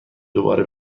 دوباره